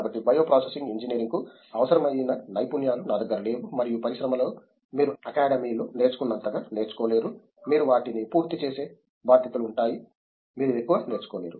కాబట్టి bio processing ఇంజనీరింగ్కు అవసరమైన నైపుణ్యాలు నా దగ్గర లేవు మరియు పరిశ్రమలో మీరు అకాడమీలో నేర్చుకున్నంతగా నేర్చుకోలేరు మీరు వాటిని పూర్తి చేసే బాధ్యతలు ఉంటాయి మీరు ఎక్కువ నేర్చుకోలేరు